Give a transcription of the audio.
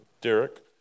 Derek